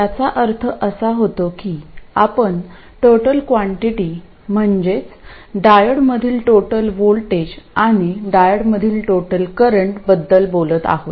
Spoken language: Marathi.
याचा अर्थ असा होतो की आपण टोटल कॉन्टिटी म्हणजेच डायोडमधील टोटल व्होल्टेज आणि डायोडमधील टोटल करंट बद्दल बोलत आहोत